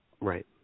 Right